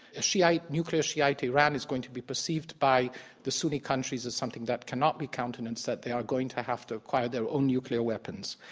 nuclear shiite iran is going to be perceived by the sunni countries as something that cannot be countenanced, that they are going to have to acquire their own nuclear weapons.